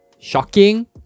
shocking